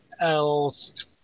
else